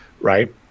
Right